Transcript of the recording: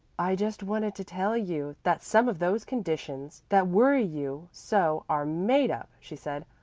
i just wanted to tell you that some of those conditions that worry you so are made up, she said.